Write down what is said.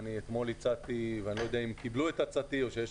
ואתמול הצעתי ואני לא יודע אם קיבלו את עצתי או שיש